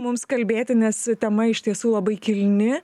mums kalbėti nes tema iš tiesų labai kilni